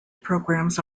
programs